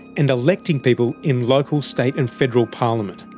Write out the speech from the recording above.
and electing people in local state and federal parliament.